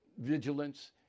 vigilance